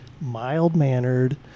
mild-mannered